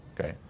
Okay